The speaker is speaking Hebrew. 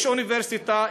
יש אוניברסיטה,